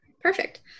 perfect